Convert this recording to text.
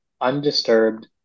undisturbed